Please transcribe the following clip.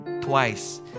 twice